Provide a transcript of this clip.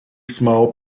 small